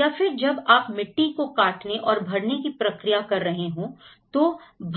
या फिर जब आप मिट्टी को काटने और भरने की प्रतिक्रिया कर रहे हो तो